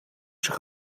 zich